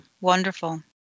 Wonderful